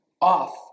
off